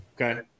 okay